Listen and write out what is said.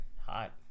Hot